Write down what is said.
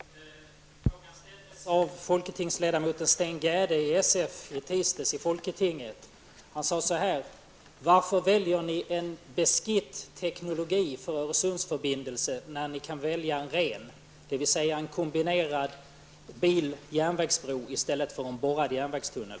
ställa samma fråga som ställdes av folketingsledamoten Sten Gerde, sf, i tisdags i folketinget: Varför väljer ni en ''beskidt'' teknologi för Öresundsförbindelsen, när ni kunde välja en ren -- dvs. en kombinerad bil och järnvägsbro i stället för en borrad järnvägstunnel?